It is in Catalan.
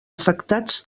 afectats